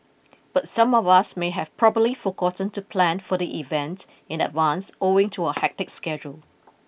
but some of us may have probably forgotten to plan for the event in advance owing to our hectic schedule